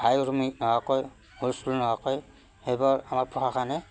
হাই উৰুমি নোহোৱাকৈ হুলস্থুল নোহোৱাকৈ সেইবোৰ আমাৰ প্ৰশাসনে